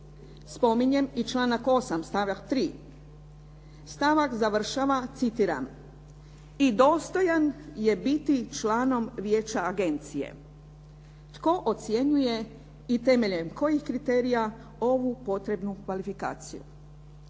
Spominjem i članak 8. stavak 3.. Stavak završava citiram: "…i dostojan je biti članom vijeća agencije.". Tko ocjenjuje i temeljem kojih kriterija ovu potrebnu kvalifikaciju?